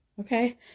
okay